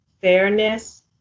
fairness